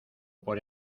por